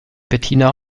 bettina